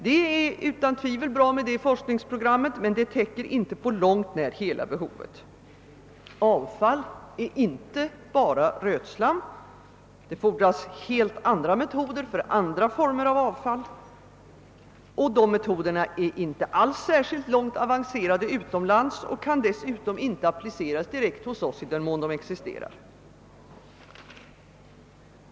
Det är utan tvivel mycket bra med ett sådant forskningsprogram, men det täcker inte på långt när hela behovet. Avfall är inte bara rötslam. Det fordras helt andra metoder för andra former av avfall, och de metoderna är inte alls så särskilt långt avancerade utomlands, och i den mån de existerar kan de dessutom inte appliceras direkt hos oss.